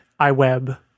iWeb